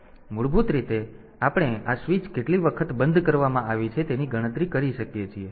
તેથી મૂળભૂત રીતે આપણે આ સ્વીચ કેટલી વખત બંધ કરવામાં આવી છે તેની ગણતરી કરી શકીએ છીએ